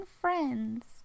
friends